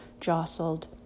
jostled